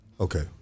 Okay